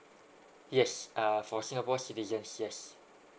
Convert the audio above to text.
yes uh for singapore citizens yes